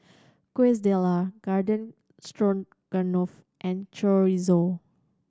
Quesadillas Garden Stroganoff and Chorizo